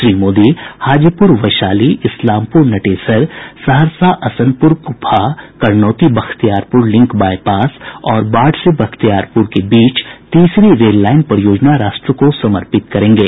Shri Modi Hajipur Vaishali Islampur Natesar Saharsa Asanpur Kupaha Karnauti Bakhtiyarpur link bypass और बाढ़ से बख्तिायारपुर के बीच तीसरी रेललाइन परियोजना राष्ट्र को समर्पित करेंगे